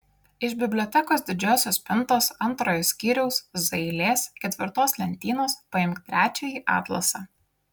iš bibliotekos didžiosios spintos antrojo skyriaus z eilės ketvirtos lentynos paimk trečiąjį atlasą